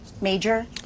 Major